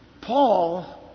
Paul